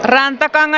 rantakari